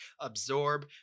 absorb